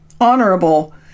honorable